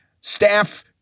staff